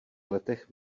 letech